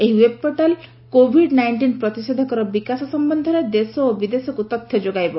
ଏହି ୱେବପୋର୍ଟାଲ୍ କୋବିଡ୍ ନାଇଷ୍ଟିନ ପ୍ରତିଷେଧକର ବିକାଶ ସମ୍ପନ୍ଧରେ ଦେଶ ଓ ବିଦେଶକୁ ତଥ୍ୟ ଯୋଗାଇବ